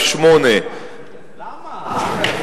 למה?